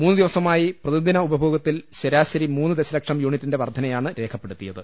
മൂന്നു ദിവസമായി പ്രതിദിന ഉപ ഭോഗത്തിൽ ശരാശരി മൂന്ന് ദശലക്ഷം യൂണിറ്റിന്റെ വർധനയാണ് രേഖപ്പെടുത്തിയത്